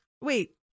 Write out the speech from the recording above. Wait